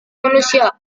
manusia